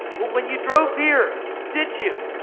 well, when you drove here, did you?